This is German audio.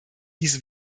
dies